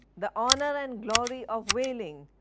the honour and glory of whaling,